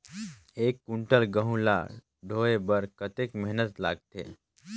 एक कुंटल गहूं ला ढोए बर कतेक मेहनत लगथे?